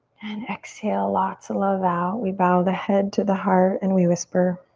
and exhale lots of love out. we bow the head to the heart and we whisper